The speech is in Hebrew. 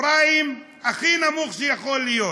פריים הכי נמוך שיכול להיות,